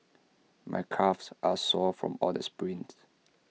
my calves are sore from all the sprints